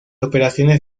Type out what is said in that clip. operaciones